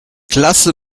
klasse